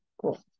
Cool